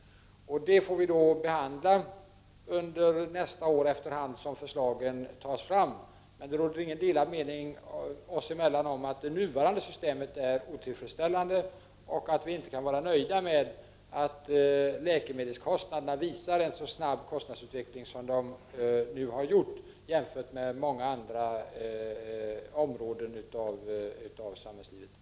Detta får vi behandla under nästa år, efter hand som förslagen tas fram. Det råder dock inga delade meningar oss emellan om att det nuvarande systemet är otillfredsställande och om att vi inte kan vara nöjda med att läkemedelskostnaderna visar en så snabb utveckling som de nu har gjort, jämfört med många andra områden av samhällslivet.